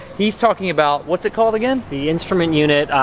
he's talking about, what's it called again? the instrument unit,